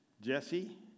Jesse